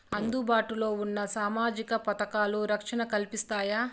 అందుబాటు లో ఉన్న సామాజిక పథకాలు, రక్షణ కల్పిస్తాయా?